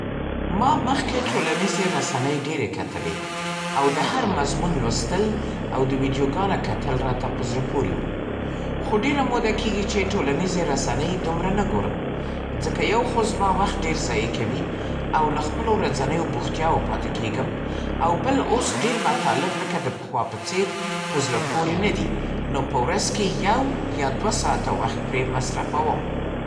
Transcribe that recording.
ما مخکې ټولنیزې رسنۍ ډېرې کتلې او د هر مضمون لوستل او د ویډیوګانو کتل راته په زړه پورې وو. خو ډېره موده کېږي چې ټولنیزې رسنۍ دومره نه ګورم. ځکه یو خو زما وخت ډېر ضایع کوي او له خپلو ورځنیو بوختیاوو پاتې کېږم او بل اوس ډېر مطالب لکه د پخوا په څېر په زړه پورې نه دي. نو په ورځ کې یو یا دوه ساعته وخت پرې مصرفوم.